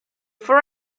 for